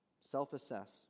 Self-assess